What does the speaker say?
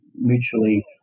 mutually